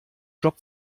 job